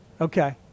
Okay